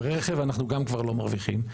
רכב אנחנו גם כבר לא מרוויחים.